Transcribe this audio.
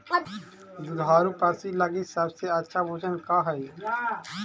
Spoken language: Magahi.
दुधार पशु लगीं सबसे अच्छा भोजन का हई?